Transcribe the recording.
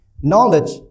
Knowledge